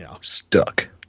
Stuck